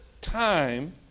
time